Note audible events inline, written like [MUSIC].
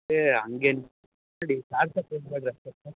ಏಯ್ ಹಂಗೇನ್ [UNINTELLIGIBLE]